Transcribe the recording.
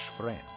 friend